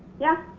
yeah.